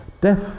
Death